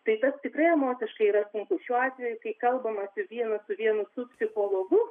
tai vat tikrai emociškai yra sunku šiuo atveju kai kalbamasi vienas vien su psichologu